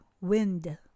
wind